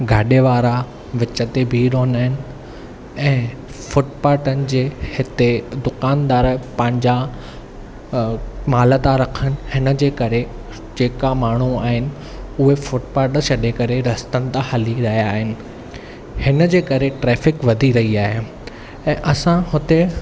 गाॾे वारा विच ते बीह रहंदा आहिनि ऐं फुटपाथनि जे हिते दुकानदार पंहिंजा अ माल था रखनि हिन जे करे जेका माण्हू आहिनि उहे फुटपाथ छॾे करे रस्तनि तां हली रहिया आहिनि हिन जे करे ट्रैफिक वधी रही आहे ऐं असां हुते